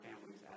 families